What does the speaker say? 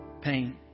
pain